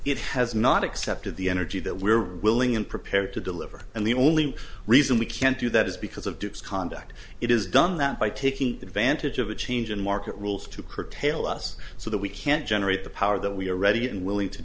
it has not accepted the energy that we are willing and prepared to deliver and the only reason we can't do that is because of dupes conduct it is done that by taking advantage of a change in market rules to curtail us so that we can't generate the power that we are ready and willing to